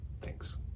Thanks